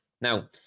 Now